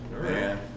Man